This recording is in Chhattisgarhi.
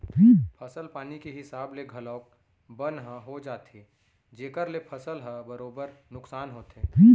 फसल पानी के हिसाब ले घलौक बन ह हो जाथे जेकर ले फसल ह बरोबर नुकसान होथे